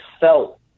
felt